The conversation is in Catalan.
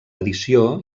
edició